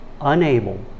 unable